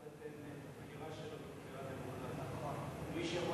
מי שיכול